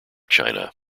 china